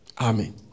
Amen